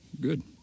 good